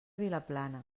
vilaplana